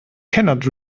kenneth